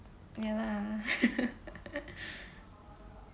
ya lah